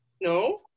No